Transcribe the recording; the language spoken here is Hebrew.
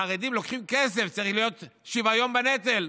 החרדים לוקחים כסף, צריך להיות שוויון בנטל.